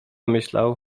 myślał